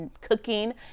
cooking